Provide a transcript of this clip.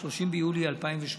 30 ביולי 2018,